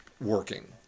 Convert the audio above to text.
working